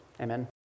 Amen